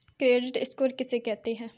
Credit score किसे कहते हैं?